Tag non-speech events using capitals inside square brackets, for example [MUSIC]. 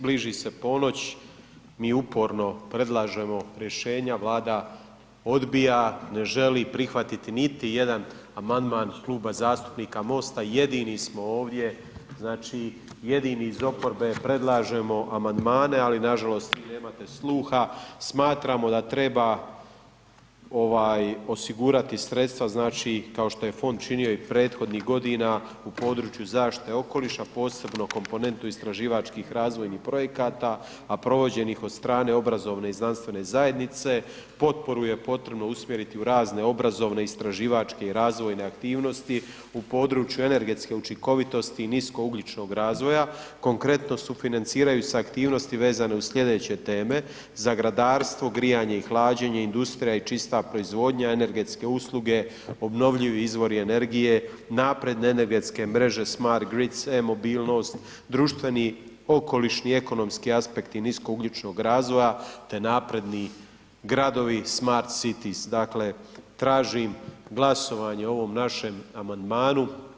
Bliži se ponoć, mi uporno predlažemo rješenja, Vlada odbija, ne želi prihvatiti niti jedan amandman Kluba zastupnika MOST-a, jedini smo ovdje, znači jedini iz oporbe predlažemo amandmane ali nažalost vi nemate sluha, smatramo da treba osigurati sredstva, znači kao što je fond činio i prethodnih godina u području zaštite okoliša, posebno komponentu istraživačkih razvojnih projekata a provođenih od strane obrazovne i znanstvene zajednice, potporu je potrebno usmjeriti u razne obrazovne, istraživačke i razvojne aktivnosti u području energetske učinkovitosti i nisko ugljičnog razvoja, konkretno sufinanciraju se aktivnosti vezane uz slijedeće teme, za zgradarstvo, grijanje i hlađenje, industrija i čista proizvodnja energetske usluge, obnovljivi izvori energije, napredne energetske mreže ... [UNINTELLIGIBLE] e-mobilnost, društveni okolišni i ekonomski aspekt nisko ugljičnog razvoja te napredni gradovi smart cities, dakle tražim glasovanje o ovom našem amandmanu.